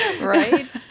Right